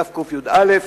דף קי"א: